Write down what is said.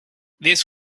this